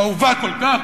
האהובה כל כך,